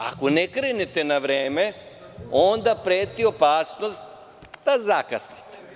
Ako ne krenete na vreme onda preti opasnost da zakasnite.